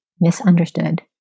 misunderstood